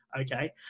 Okay